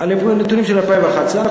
אלו נתונים של 2011. מ-2012 חלה התקדמות.